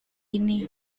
ini